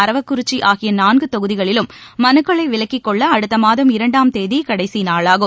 அரவக்குறிச்சி ஆகிய நான்கு தொகுதிகளிலும் மனுக்களை விலக்கிக்கொள்ள அடுத்த மாதம் இரண்டாம் தேதி கடைசி நாளாகும்